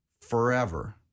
forever